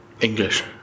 English